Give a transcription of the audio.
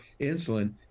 insulin